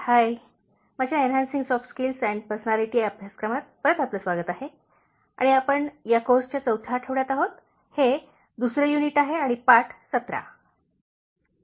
हाय माझ्या enhancing soft skills and personality अभ्यासक्रमामध्ये परत आपले स्वागत आहे आणि आपण या कोर्सच्या चौथ्या आठवड्यात आहोत हे दुसरे युनिट आहे आणि पाठ 17